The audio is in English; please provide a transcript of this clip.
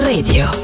Radio